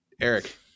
Eric